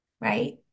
right